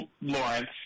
Lawrence